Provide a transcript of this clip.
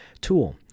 tool